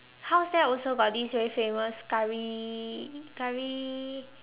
house there also got this very famous Curry Curry